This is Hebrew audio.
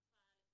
תקופת הביניים),